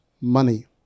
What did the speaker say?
money